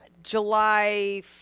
July